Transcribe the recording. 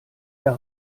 der